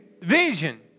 vision